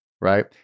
Right